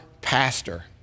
pastor